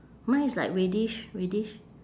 mine is like reddish reddish